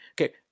Okay